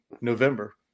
november